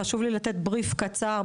חשוב לי לתת בריף קצר,